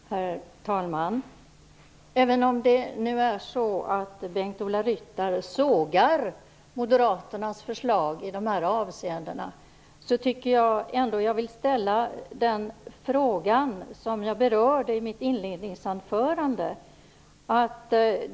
Herr talman! Även om Bengt-Ola Ryttar nu sågar moderaternas förslag i dessa avseenden vill jag ställa den fråga som jag berörde i mitt inledningsanförande.